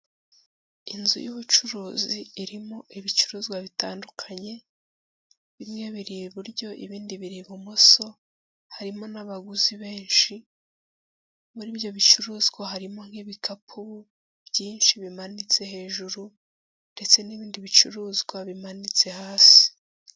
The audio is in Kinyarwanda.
Inzu y'ubucuruzi irimo ibicuruzwa bitandukanye; bimwe biri iburyo ibindi biri ibumoso, harimo n'abaguzi benshi, muri ibyo bicuruzwa harimo nk'ibikapugu byinshi bimanitse hejuru, ndetse n'ibindi bicuruzwa bimanitse hasi.